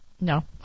no